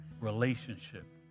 relationship